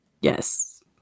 Yes